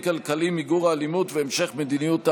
והכלכלי ובמיגור האלימות והמשך מדיניות ההריסה.